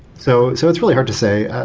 so so it's really hard to say.